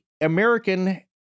american